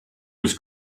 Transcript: was